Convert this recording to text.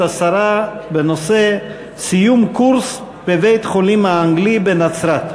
השרה בנושא: סיום קורס בבית-החולים האנגלי בנצרת.